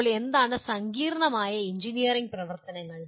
ഇപ്പോൾ എന്താണ് സങ്കീർണ്ണമായ എഞ്ചിനീയറിംഗ് പ്രവർത്തനങ്ങൾ